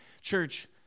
Church